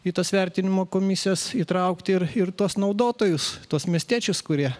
į tas vertinimo komisijas įtraukti ir ir tuos naudotojus tuos miestiečius kurie